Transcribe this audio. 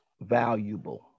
valuable